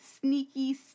sneaky